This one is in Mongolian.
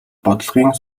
бодлогын